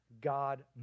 God